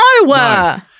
No